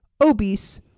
obese